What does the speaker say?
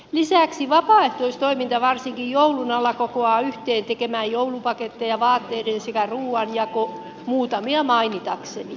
lisäksi vapaaehtoistoiminta varsinkin joulun alla kokoaa yhteen tekemään joulupaketteja sekä jakamaan vaatteita ja ruokaa muutamia mainitakseni